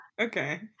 Okay